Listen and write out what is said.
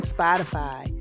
Spotify